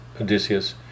Odysseus